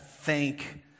thank